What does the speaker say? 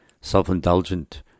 self-indulgent